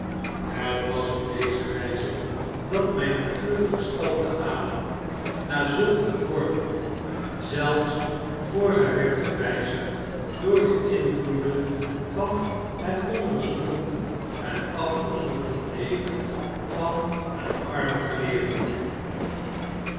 het was op deze wijze dat mijn natuuf de gestalte aannam naar zulk een vorm zelfs voor zy werd gewyzigd door de invloedenvan het onderzoekend en afgezonderd leven van een armen geleerde